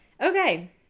okay